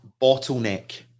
bottleneck